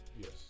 Yes